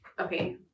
okay